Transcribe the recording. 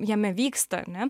jame vyksta ane